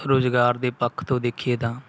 ਰੁਜ਼ਗਾਰ ਦੇ ਪੱਖ ਤੋਂ ਦੇਖੀਏ ਤਾਂ